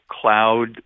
cloud